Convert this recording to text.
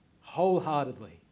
wholeheartedly